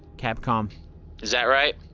capcom is that right?